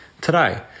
Today